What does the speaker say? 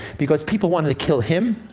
because people wanted to kill him,